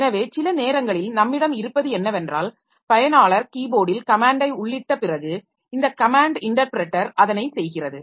எனவே சில நேரங்களில் நம்மிடம் இருப்பது என்னவென்றால் பயனாளர் கீபோர்டில் கமேன்டை உள்ளிட்ட பிறகு இந்த கமேன்ட் இன்டர்ப்ரெட்டர் அதனை செய்கிறது